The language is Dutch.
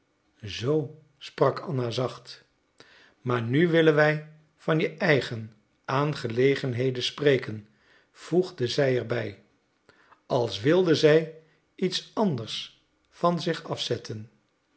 zoo sprak anna zacht maar nu willen wij van je eigen aangelegenheden spreken voegde zij er bij als wilde zij iets anders van zich afzetten